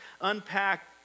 unpack